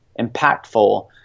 impactful